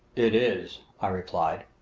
it is, i replied.